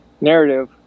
Narrative